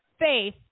faith